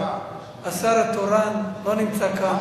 השר התורן לא נמצא כאן.